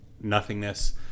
nothingness